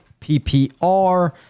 PPR